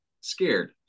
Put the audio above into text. scared